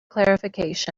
clarification